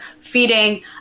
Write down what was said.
feeding